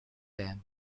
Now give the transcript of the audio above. them